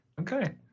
Okay